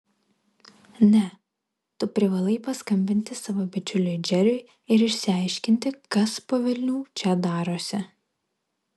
ne tu privalai paskambinti savo bičiuliui džeriui ir išsiaiškinti kas po velnių čia darosi